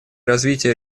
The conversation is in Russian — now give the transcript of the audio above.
развития